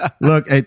Look